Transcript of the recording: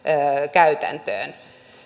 käytäntöön